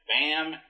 bam